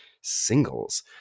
singles